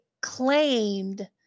claimed